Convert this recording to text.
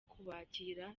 kubakira